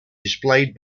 displayed